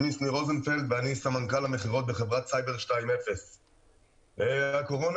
שמי שניר רוזנפלד ואני סמנכ"ל המכירות בחברת CYBER 2.0. הקורונה